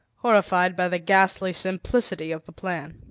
horrified by the ghastly simplicity of the plan.